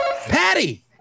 Patty